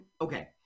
okay